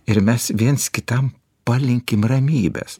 ir mes viens kitam palinkim ramybės